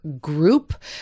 group